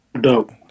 Dope